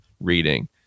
reading